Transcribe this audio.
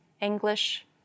English